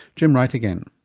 jim wright again.